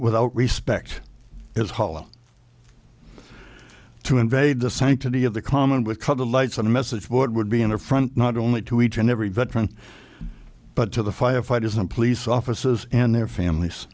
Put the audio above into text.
without respect is hollow to invade the sanctity of the common with the lights on a message board would be an affront not only to each and every veteran but to the firefighters and police officers and their families